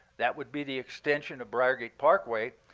that would be the extension of briar gate parkway.